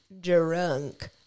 drunk